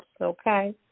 okay